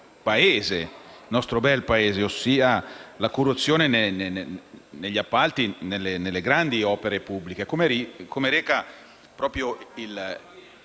il nostro bel Paese, ossia la corruzione negli appalti nelle grandi opere pubbliche,